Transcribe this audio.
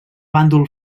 bàndol